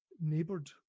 neighboured